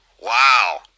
Wow